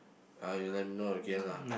ah you let me know again lah